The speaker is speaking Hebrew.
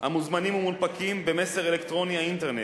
המוזמנים ומונפקים במסר אלקטרוני, האינטרנט.